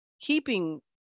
keeping